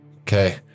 Okay